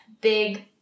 big